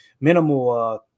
minimal